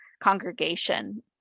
congregation